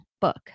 book